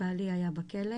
בעלי היה בכלא,